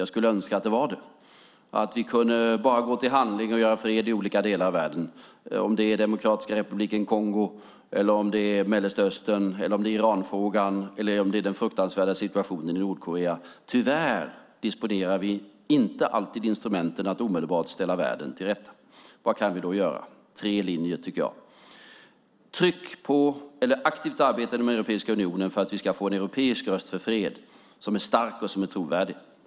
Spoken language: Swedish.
Jag skulle önska att det var det och att vi bara kunde gå till handling och göra fred i olika delar av världen om det sedan gäller den demokratiska republiken Kongo, Mellanöstern, Iranfrågan eller den fruktansvärda situationen i Nordkorea. Tyvärr disponerar vi inte alltid instrumenten att omedelbart ställa världen till rätta. Vad kan vi då göra? Jag tycker att det finns tre linjer. Den första är ett tryck på eller ett aktivt arbete inom den europeiska unionen för att vi ska få en europeisk röst för fred som är stark och trovärdig.